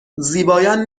زیبایان